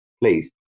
please